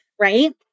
right